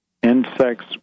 Insects